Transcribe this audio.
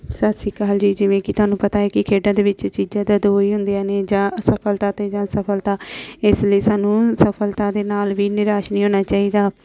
ਸਤਿ ਸ਼੍ਰੀ ਅਕਾਲ ਜੀ ਜਿਵੇਂ ਕਿ ਤੁਹਾਨੂੰ ਪਤਾ ਹੈ ਕਿ ਖੇਡਾਂ ਦੇ ਵਿੱਚ ਚੀਜ਼ਾਂ ਤਾਂ ਦੋ ਹੀ ਹੁੰਦੀਆਂ ਨੇ ਜਾਂ ਅਸਫਲਤਾ ਅਤੇ ਜਾਂ ਸਫਲਤਾ ਇਸ ਲਈ ਸਾਨੂੰ ਅਸਫਲਤਾ ਦੇ ਨਾਲ ਵੀ ਨਿਰਾਸ਼ ਨਹੀਂ ਹੋਣਾ ਚਾਹੀਦਾ